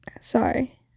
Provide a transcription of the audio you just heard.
Sorry